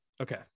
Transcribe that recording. Okay